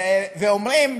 ואומרים,